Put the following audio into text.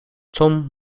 tom